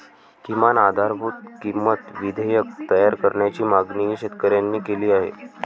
किमान आधारभूत किंमत विधेयक तयार करण्याची मागणीही शेतकऱ्यांनी केली आहे